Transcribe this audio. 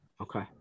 Okay